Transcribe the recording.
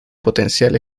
potencial